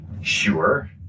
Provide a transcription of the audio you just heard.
Sure